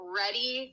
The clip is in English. ready